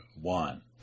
one